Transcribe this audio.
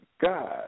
God